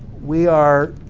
we are